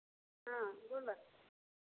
हाँ बोला